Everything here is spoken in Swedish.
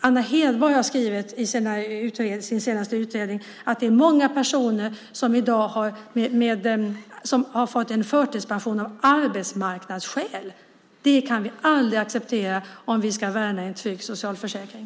Anna Hedborg har i sin senaste utredning skrivit att det i dag är många personer som har fått förtidspension av arbetsmarknadsskäl. Det kan vi aldrig acceptera om vi ska värna en trygg socialförsäkring.